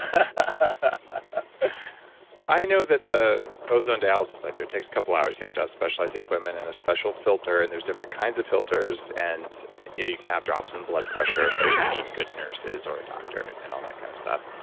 i ah i know that the ozone dialysis i do takes a couple hours you have to have specialized equipment and a special filter, and there's different kinds of filters, and you know you can have drops in blood pressure, so you need good nurses or a doctor, and and all that kind of stuff.